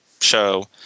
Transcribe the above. show